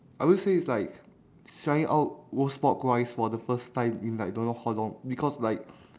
I would say is like trying out roast pork rice for the first time in like don't know how long because like